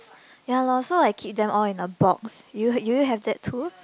ya loh so I keep them all in a box you do you have that too